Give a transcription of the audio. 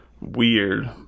weird